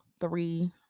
three